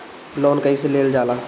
Loan कईसे लेल जाला?